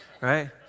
Right